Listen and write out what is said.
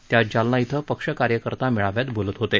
ते आज जालना इथं पक्ष कार्यकर्ता मेळाव्यात बोलत होते